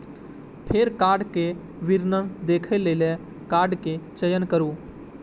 फेर कार्डक विवरण देखै लेल कार्डक चयन करू